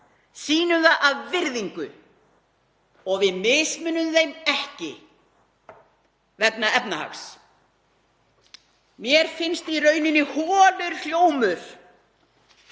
Sýnum það af virðingu og mismunum þeim ekki vegna efnahags. Mér finnst í rauninni holur hljómur